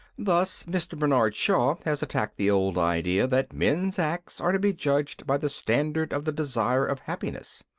thus mr. bernard shaw has attacked the old idea that men's acts are to be judged by the standard of the desire of happiness.